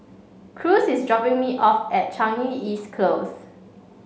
Cruz is dropping me off at Changi East Close